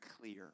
clear